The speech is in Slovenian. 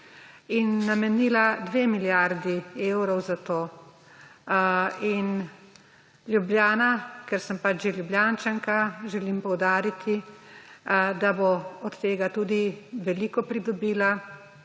in namenila dve milijardi evrov za to. Ljubljana, ker sem pač že Ljubljančanka, želim poudariti, da bo od tega tudi veliko pridobila,